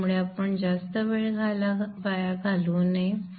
त्यामुळे आपण जास्त वेळ वाया घालवू नये